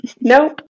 Nope